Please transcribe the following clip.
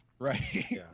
right